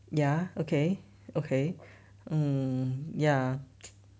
ya okay okay um ya